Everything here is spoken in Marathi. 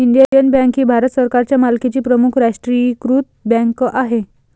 इंडियन बँक ही भारत सरकारच्या मालकीची प्रमुख राष्ट्रीयीकृत बँक आहे